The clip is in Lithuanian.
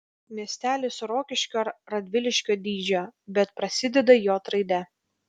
miestelis rokiškio ar radviliškio dydžio bet prasideda j raide